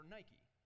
Nike